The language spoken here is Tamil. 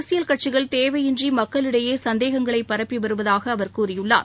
அரசியல் கட்சிகள் தேவையின்றி மக்களிடையே சந்தேகங்களை பரப்பி வருவதாக அவர் கூறியுள்ளார்